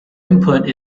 input